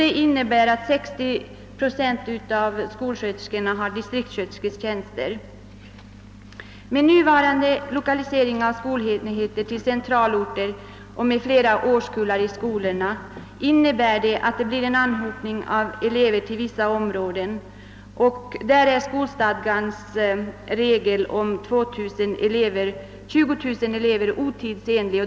Detta innebär att 60 procent av skolsköterskorna har distriktsskötersketjänster. Den nuvarande lokaliseringen av skolenheter till centralorter liksom det förhållandet att man nu har fler årskullar i skolorna än förr innebär att det blir en anhopning av elever till vissa områden. Skolstadgans föreskrift om ett befolkningsunderlag på mindre än 20000 personer är otidsenlig.